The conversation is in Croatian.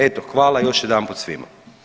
Eto, hvala još jedanput svima.